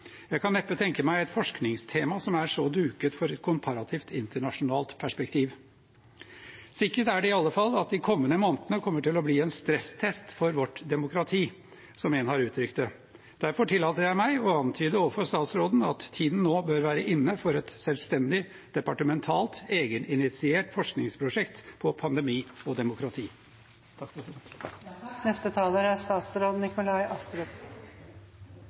Jeg kan neppe tenke meg et annet forskningstema som er så duket for et komparativt internasjonalt perspektiv. Sikkert er det i alle fall at de kommende månedene kommer til å bli en stresstest for vårt demokrati, som en har uttrykt det. Derfor tillater jeg meg å antyde overfor statsråden at tiden nå bør være inne for et selvstendig, departementalt egeninitiert forskningsprosjekt på pandemi og demokrati.